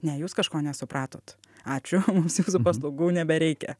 ne jūs kažko nesupratot ačiū mums jūsų paslaugų nebereikia